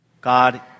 God